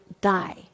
die